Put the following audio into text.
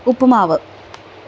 ഉപ്പുമാവ്